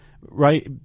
right